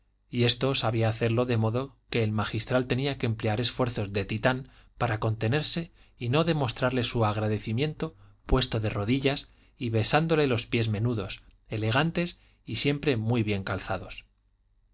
y esto sabía hacerlo de modo que el magistral tenía que emplear esfuerzos de titán para contenerse y no demostrarle su agradecimiento puesto de rodillas y besándole los pies menudos elegantes y siempre muy bien calzados